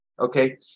okay